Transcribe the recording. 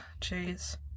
Jeez